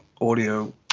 audio